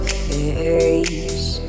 face